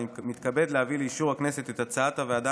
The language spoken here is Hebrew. אני מתכבד להביא לאישור הכנסת את הצעת הוועדה